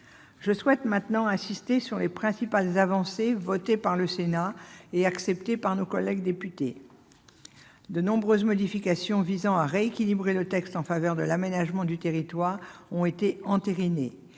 Je souhaite maintenant insister sur les principales avancées adoptées par le Sénat et acceptées par nos collègues députés. De nombreuses modifications visant à rééquilibrer le texte en faveur de l'aménagement du territoire ont été entérinées.